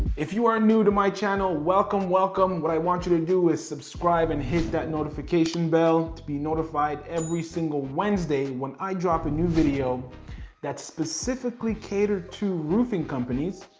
if you are new to my channel, welcome, welcome. what i want you to do is subscribe and hit that notification bell to be notified every single wednesday when i drop a new video that's specifically catered to roofing companies.